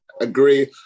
agree